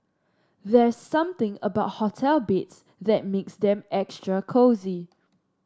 there's something about hotel beds that makes them extra cosy